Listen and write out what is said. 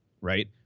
right